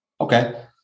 okay